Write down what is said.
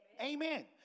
Amen